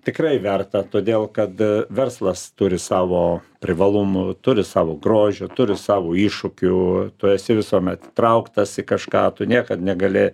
tikrai verta todėl kad verslas turi savo privalumų turi savo grožio turi savo iššūkių tu esi visuomet įtrauktas į kažką tu niekad negali